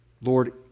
Lord